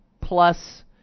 plus